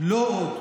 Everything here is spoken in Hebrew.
לא עוד.